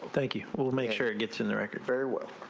thank you we'll make sure it gets in the record very well.